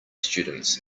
students